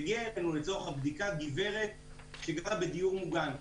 הגיעה אלינו לצורך הבדיקה גברת שגרה בדיור מוגן.